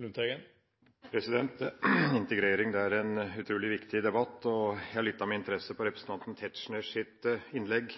om integrering er en utrolig viktig debatt. Jeg lyttet med interesse til representanten Tetzschners innlegg: